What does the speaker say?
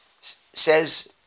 says